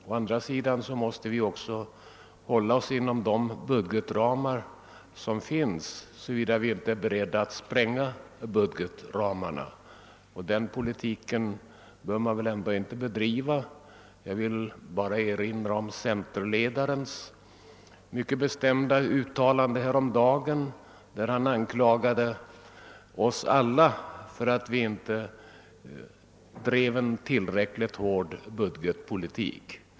Å andra sidan måste vi göra vissa avvägningar, såvida vi inte är beredda att spränga budgetramarna — men den politiken bör vi väl ändå inte bedriva. Jag vill bara erinra om centerledarens mycket bestämda uttalande häromdagen, vari han anklagade oss alla för att vi inte drev en tillräckligt hård budgetpolitik.